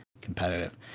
competitive